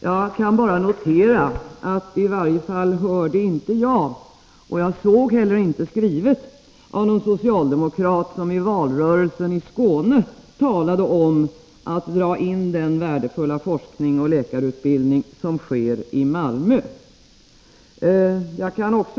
Jag kan bara notera att i varje fall inte jag hörde någon socialdemokrat i valrörelsen i Skåne tala om att dra in den värdefulla forskningen och läkarutbildningen i Malmö — inte heller såg jag någonting skrivet om detta.